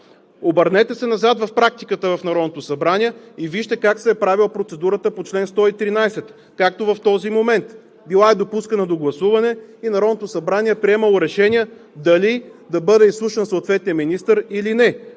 Обърнете се назад в практиката на Народното събрание и вижте как се е правила процедурата по чл. 113, както в този момент – била е допускана до гласуване и Народното събрание е приемало решения дали да бъде изслушван съответният министър, или не.